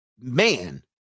Man